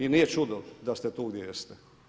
I nije čudo da ste tu gdje jeste.